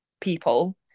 people